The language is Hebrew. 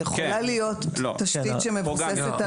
היא יכולה להיות תשתית שמבוססת על מצלמות,